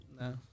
no